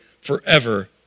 forever